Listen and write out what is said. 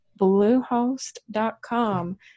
bluehost.com